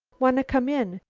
wanna come in.